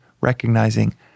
recognizing